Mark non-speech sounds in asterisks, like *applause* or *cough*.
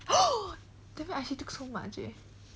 *noise* that means took so much eh